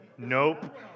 Nope